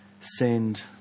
send